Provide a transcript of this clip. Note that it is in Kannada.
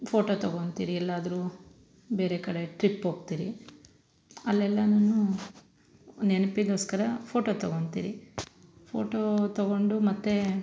ಫೋಟೋ ತಗೊಂತಿರಿ ಎಲ್ಲಾದ್ರೂ ಬೇರೆ ಕಡೆ ಟ್ರಿಪ್ ಹೋಗ್ತಿರಿ ಅಲ್ಲೆಲ್ಲನು ನೆನಪಿಗೋಸ್ಕರ ಫೋಟೋ ತಗೊಂತಿರಿ ಫೋಟೋ ತಗೊಂಡು ಮತ್ತು